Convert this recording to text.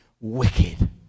wicked